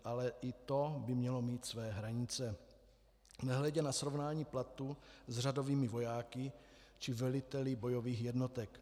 Ale i to by mělo mít své hranice, nehledě na srovnání platů s řadovými vojáky či veliteli bojových jednotek.